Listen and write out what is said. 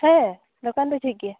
ᱦᱮᱸ ᱫᱚᱠᱟᱱ ᱫᱚ ᱡᱷᱤᱡ ᱜᱮᱭᱟ